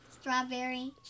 Strawberry